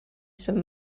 some